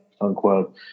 unquote